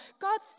God